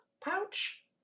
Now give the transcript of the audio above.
pouch